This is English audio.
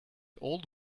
old